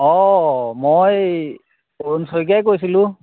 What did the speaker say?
অঁ মই অৰুণ শইকীয়াই কৈছিলোঁ